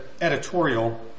editorial